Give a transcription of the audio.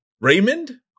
Raymond